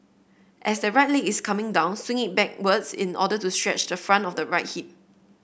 as the right leg is coming down swing it backwards in order to stretch the front of the right hip